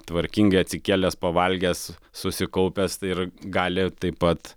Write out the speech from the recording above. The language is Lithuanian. tvarkingai atsikėlęs pavalgęs susikaupęs ir gali taip pat